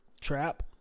Trap